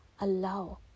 allow